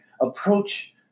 approach